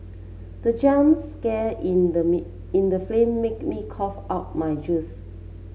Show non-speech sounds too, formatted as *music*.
the jump scare in the *unintelligible* in the film made me cough out my juice